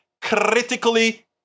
critically